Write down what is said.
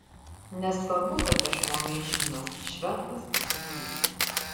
nesvarbu kad tešmuo mėšlinas šventas tai gyvulys